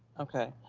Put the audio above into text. okay.